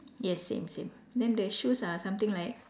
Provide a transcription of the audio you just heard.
yes same same then the shoes are something like